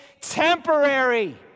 temporary